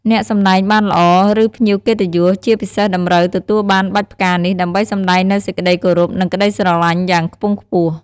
អ្នកសម្តែងបានល្អ ឬភ្ញៀវកិត្តិយសជាពិសេសតម្រូវទទួលបានបាច់ផ្កានេះ ដើម្បីសម្ដែងនូវសេចក្ដីគោរព និងក្តីស្រឡាញ់យ៉ាងខ្ពង់ខ្ពស់។